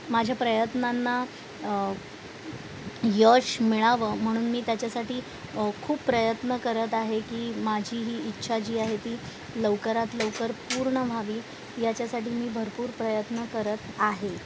माझ्या प्रयत्नांना यश मिळावं म्हणून मी त्याच्यासाठी खूप प्रयत्न करत आहे की माझी ही इच्छा जी आहे ती लवकरात लवकर पूर्ण व्हावी याच्यासाठी मी भरपूर प्रयत्न करत आहे